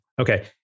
Okay